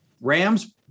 Rams